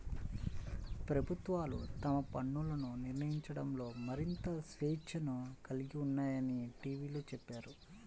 ప్రభుత్వాలు తమ పన్నులను నిర్ణయించడంలో మరింత స్వేచ్ఛను కలిగి ఉన్నాయని టీవీలో చెప్పారు